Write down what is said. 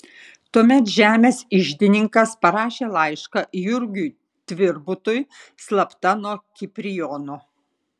tuomet žemės iždininkas parašė laišką jurgiui tvirbutui slapta nuo kiprijono